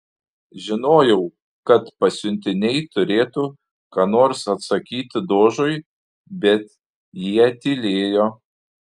žinojau kad pasiuntiniai turėtų ką nors atsakyti dožui bet jie tylėjo